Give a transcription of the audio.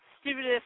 stupidest